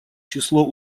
число